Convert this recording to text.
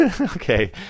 Okay